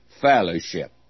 fellowship